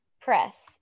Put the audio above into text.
Press